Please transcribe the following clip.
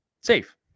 safe